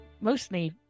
mostly